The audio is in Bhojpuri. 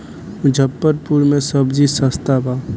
मुजफ्फरपुर में सबजी सस्ता बा